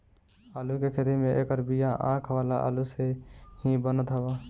आलू के खेती में एकर बिया आँख वाला आलू से ही बनत हवे